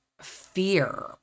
fear